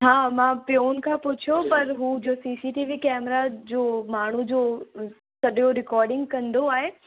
हा मां पिओन खां पुछो पर हूं जो सी सी टीवी कैमरा जो माण्हू जो सॼो रिकॉर्डिंग कंदो आहे